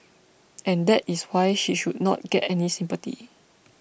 and that is why she should not get any sympathy